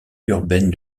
urbaine